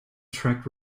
track